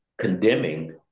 condemning